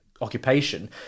occupation